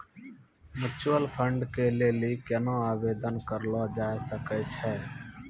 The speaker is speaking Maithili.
म्यूचुअल फंड के लेली केना आवेदन करलो जाय सकै छै?